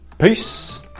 Peace